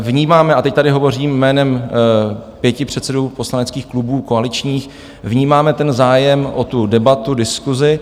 Vnímáme, a teď tady hovořím jménem pěti předsedů poslaneckých klubů koaličních, vnímáme ten zájem o tu debatu, diskusi.